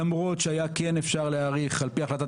למרות שכן אפשר היה להאריך על פי החלטת